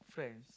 friends